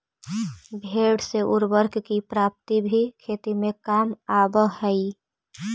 भेंड़ से उर्वरक की प्राप्ति भी खेती में काम आवअ हई